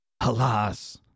Alas